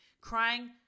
crying